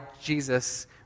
Jesus